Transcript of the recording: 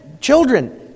children